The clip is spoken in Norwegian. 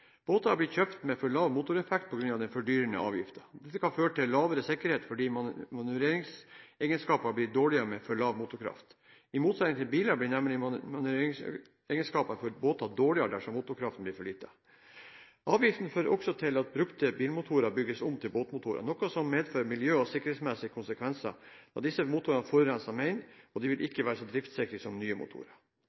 Båter blir kjøpt med for lav motoreffekt på grunn av den fordyrende avgiften. Dette kan føre til lavere sikkerhet fordi manøvreringsegenskapene blir dårligere med for lav motorkraft. I motsetning til biler blir nemlig manøvreringsegenskapene for båter dårlige dersom motorkraften blir for liten. Avgiften fører også til at brukte bilmotorer bygges om til båtmotorer, noe som medfører miljø- og sikkerhetsmessige konsekvenser, da disse motorene forurenser mer, og de vil ikke være så driftssikre som nye motorer.